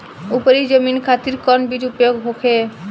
उपरी जमीन खातिर कौन बीज उपयोग होखे?